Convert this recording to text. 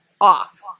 off